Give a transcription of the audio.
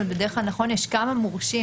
בדרך כלל יש כמה מורשים,